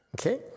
Okay